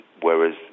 whereas